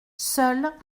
seul